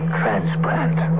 transplant